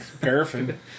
Paraffin